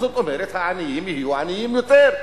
זאת אומרת שהעניים יהיו עניים יותר.